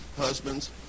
Husbands